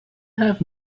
have